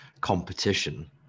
competition